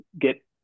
get